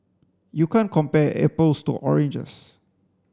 you can't compare apples to oranges